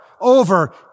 over